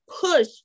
push